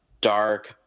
dark